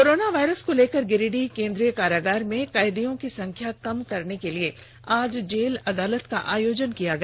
corona virus को लेकर गिरिडीह केन्द्रीय कारागार में कैदियों की संख्या कम करने के लिए आज जेल अदालत का आयोजन किया गया